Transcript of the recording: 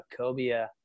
cobia